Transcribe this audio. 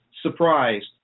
surprised